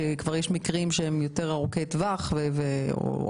יש מקרים שהם יותר ארוכי טווח והמשכיים.